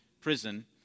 prison